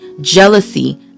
jealousy